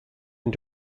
and